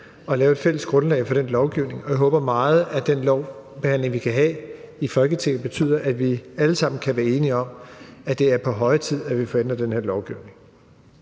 at lave et fælles grundlag for den lovgivning, og jeg håber meget, at den lovbehandling, vi kan have i Folketinget, betyder, at vi alle sammen kan være enige om, at det er på høje tid, at vi får ændret den her lovgivning.